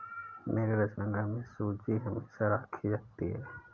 मेरे रसोईघर में सूजी हमेशा राखी रहती है